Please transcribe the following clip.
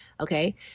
okay